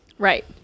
Right